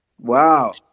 wow